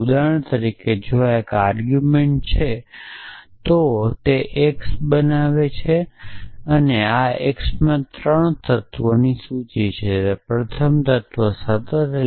ઉદાહરણ તરીકે જો આ એક આર્ગુમેંટ છે તો તે એક્સ છે અને આ એક્સમાં 3 તત્વોની સૂચિ છે જે પ્રથમ તત્વ સતત છે